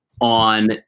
on